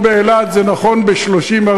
על איזה ג'בלאה, לעולם לא, עם ישראל.